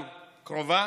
גם קרובה,